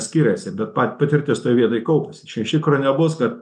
skiriasi bet pat patirtis toj vietoj kaupiasi čia iš tikro nebus kad